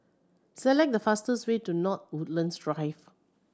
select the fastest way to North Woodlands Drive